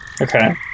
okay